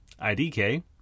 IDK